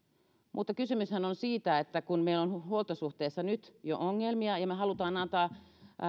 mutta kysymyshän on siitä että kun meillä on huoltosuhteessa nyt jo ongelmia ja kun me haluamme antaa